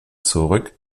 zurück